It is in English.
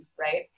right